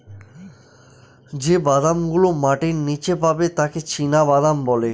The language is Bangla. যে বাদাম গুলো মাটির নীচে পাবে তাকে চীনাবাদাম বলে